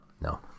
No